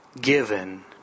given